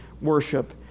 worship